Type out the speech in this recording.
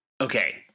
Okay